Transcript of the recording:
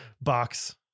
box